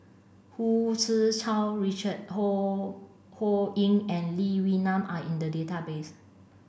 Hu Tsu Tau Richard Ho Ho Ying and Lee Wee Nam are in the database